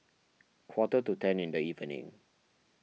quarter to ten in the evening